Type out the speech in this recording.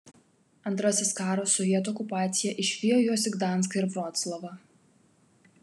antrasis karas sovietų okupacija išvijo juos į gdanską ir vroclavą